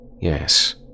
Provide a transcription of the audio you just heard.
yes